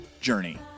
journey